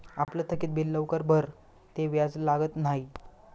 आपलं थकीत बिल लवकर भरं ते व्याज लागत न्हयी